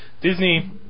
Disney